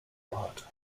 art